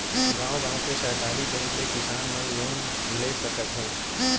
गॉंव गॉंव के सहकारी बेंक ले किसान मन लोन ले सकत हे